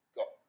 got